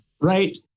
Right